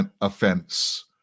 offense